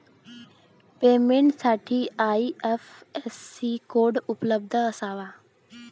पेमेंटसाठी IFSC code उपलब्ध असावा